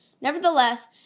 Nevertheless